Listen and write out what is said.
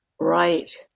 Right